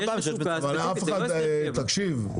תקשיב,